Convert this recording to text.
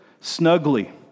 snugly